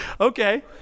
Okay